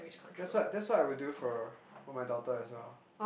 that's what that's what I would do for for my daughter as well